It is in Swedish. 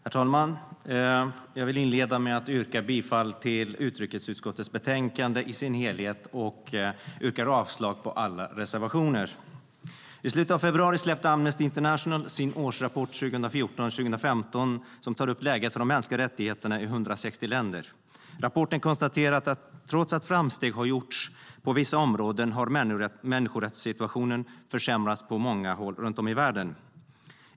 Herr talman! Jag vill inleda med att yrka bifall till förslaget i utrikesutskottets betänkande i dess helhet och avslag på alla reservationer. I slutet av februari släppte Amnesty International sin årsrapport för 2014/15, som tar upp läget för de mänskliga rättigheterna i 160 länder. I rapporten konstateras att trots att framsteg har gjorts på vissa områden har människorättssituationen försämrats på många håll runt om i världen.